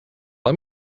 let